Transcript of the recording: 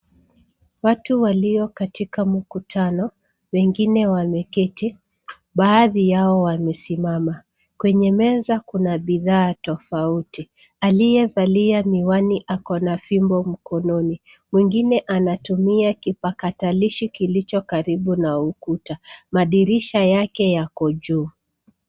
Watu walio katika mkutano, wengine wameketi, baadhi yao wamesimama. Kwenye meza kuna bidhaa tofauti. Aliyevalia miwani ako na fimbo mkononi .Mwingine anatumia kipakatalishi kilicho karibu na ukuta. Madirisha yake yako juu.